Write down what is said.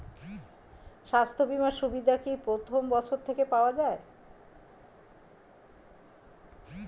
স্বাস্থ্য বীমার সুবিধা কি প্রথম বছর থেকে পাওয়া যায়?